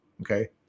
Okay